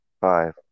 five